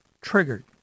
triggered